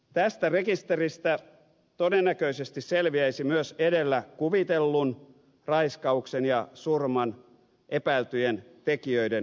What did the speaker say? tästä rekisteristä todennäköisesti selviäisi myös edellä kuvitellun raiskauksen ja surman epäiltyjen tekijöiden henkilöllisyys